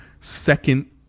second